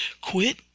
Quit